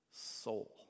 soul